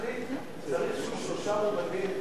תחליט: צריך שלושה מועמדים